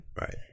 right